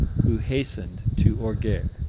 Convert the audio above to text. who hastened to orgeres